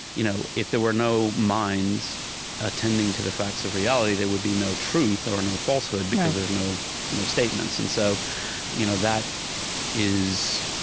you know if there were no minds attending to the facts of reality, there would be no truth or no falsehood because there's no no statements. and so you know that is